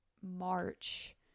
March